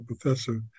Professor